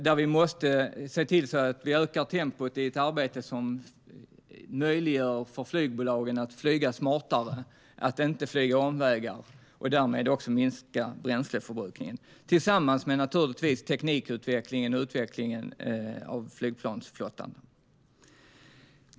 Där måste vi se till att vi ökar tempot i ett arbete som möjliggör för flygbolagen att flyga smartare, inte flyga omvägar och därmed minska bränsleförbrukningen. Detta ska ske tillsammans med teknikutvecklingen av utvecklingen av flygplansflottan.